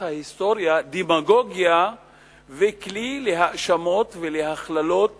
ההיסטוריה דמגוגיה וכלי להאשמות ולהכללות